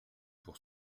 pour